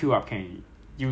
the queue cause